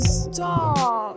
stop